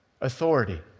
authority